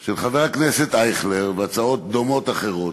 של חבר הכנסת אייכלר, והצעות דומות אחרות.